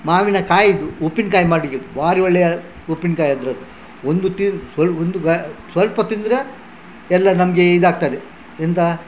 ಮಾವಿನ ಕಾಯಿದು ಉಪ್ಪಿನ್ಕಾಯಿ ಮಾಡಿದ್ದೀವಿ ಭಾರಿ ಒಳ್ಳೆಯ ಉಪ್ಪಿನ್ಕಾಯಯಿ ಅದರದ್ದು ಒಂದು ಒಂದು ಸ್ವಲ್ಪ ತಿಂದರೆ ಎಲ್ಲಾ ನಮಗೆ ಇದಾಗ್ತದೆ ಎಂಥ